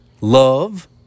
love